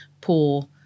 poor